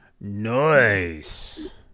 Nice